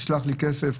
תשלח לי כסף!,